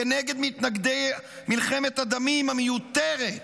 כנגד מתנגדי מלחמת הדמים המיותרת,